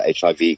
HIV